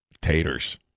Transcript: taters